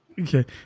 Okay